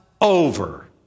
over